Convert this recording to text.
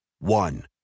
One